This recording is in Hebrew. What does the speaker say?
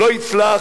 לא יצלח,